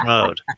Mode